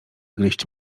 gryźć